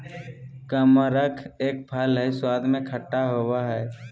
कमरख एक फल हई स्वाद में खट्टा होव हई